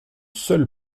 seule